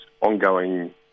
ongoing